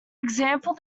example